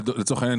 לצורך העניין,